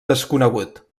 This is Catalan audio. desconegut